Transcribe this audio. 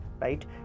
right